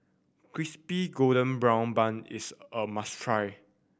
Crispy Golden Brown Bun is a must try